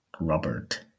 Robert